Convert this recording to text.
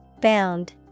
Bound